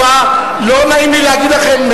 לא נעים לי להגיד לכם,